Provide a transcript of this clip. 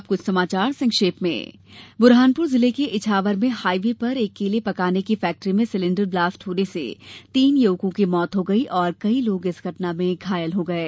अब कुछ समाचार संक्षेप में बुरहानपुर जिले के इछावर में हाईवे पर एक केले पकाने की फैक्ट्री में सिलेण्डर ब्लास्ट होने से तीन युवकों की मौत हो गई और कई लोग घायल हो गये